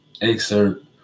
excerpt